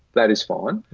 that is fine.